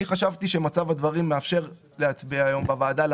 אני חשבתי שמצב הדברים מאפשר להצביע היום בוועדה.